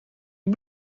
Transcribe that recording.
die